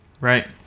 right